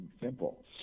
simple